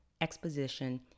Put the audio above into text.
Exposition